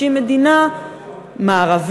שהיא מדינה מערבית,